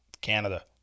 Canada